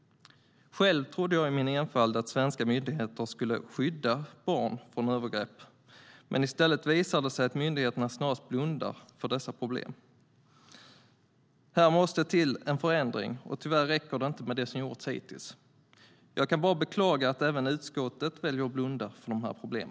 Själv trodde jag i min enfald att svenska myndigheter skulle skydda barn från övergrepp. I stället visar det sig att myndigheterna snarast blundar för dessa problem. Här måste till en förändring, och tyvärr räcker det inte med det som gjorts hittills. Jag kan bara beklaga att även utskottet väljer att blunda för dessa problem.